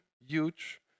huge